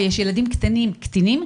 ויש ילדים קטנים קטינים,